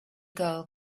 girl